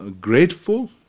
grateful